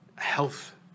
health